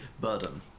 Burden